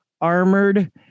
Armored